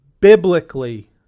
biblically